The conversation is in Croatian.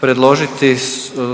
predložiti